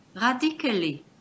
radically